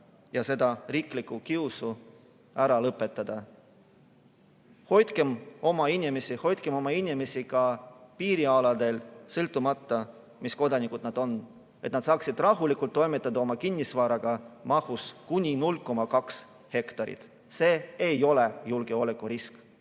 ja selle riikliku kiusu ära lõpetada. Hoidkem oma inimesi! Hoidkem oma inimesi ka piirialadel, sõltumata, mis [riigi] kodanikud nad on, et nad saaksid rahulikult toimetada oma kinnisvaraga mahus kuni 0,2 hektarit. See ei ole julgeolekurisk.